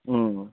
হুম